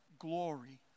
glory